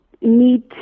need